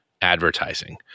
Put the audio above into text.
advertising